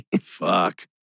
Fuck